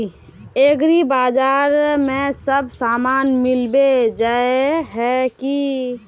एग्रीबाजार में सब सामान मिलबे जाय है की?